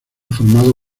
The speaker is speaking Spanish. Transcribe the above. formado